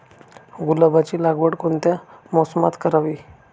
गुलाबाची लागवड कोणत्या मोसमात करावी?